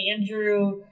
Andrew